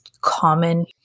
common